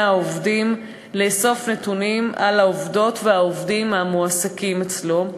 עובדים לאסוף נתונים על העובדות והעובדים המועסקים אצלו,